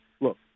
Look